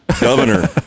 governor